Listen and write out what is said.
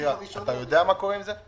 אתה יודע מה קורה עם זה?